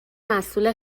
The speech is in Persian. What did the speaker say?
مسئول